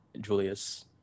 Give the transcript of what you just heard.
Julius